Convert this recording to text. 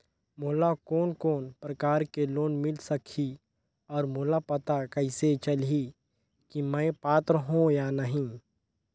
मोला कोन कोन प्रकार के लोन मिल सकही और मोला पता कइसे चलही की मैं पात्र हों या नहीं?